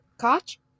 Koch